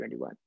2021